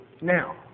Now